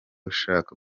ushaka